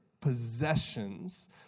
possessions